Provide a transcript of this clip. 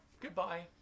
Goodbye